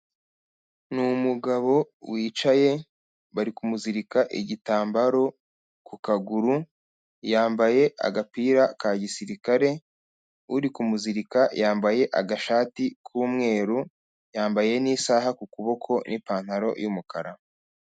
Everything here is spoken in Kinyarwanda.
Ni umugabo wicaye bari kumuzirika igitambaro ku kaguru, yambaye agapira ka gisirikare, uri kumuzirika yambaye agashati k'umweru, yambaye n'isaha ku kuboko n'ipantaro y'umukara.